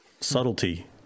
subtlety